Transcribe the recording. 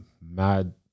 mad